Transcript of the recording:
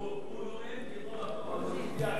הוא, אבל מצביע כאייכלר.